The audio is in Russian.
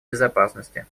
безопасности